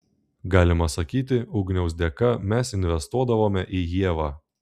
galima sakyti ugniaus dėka mes investuodavome į ievą